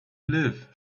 live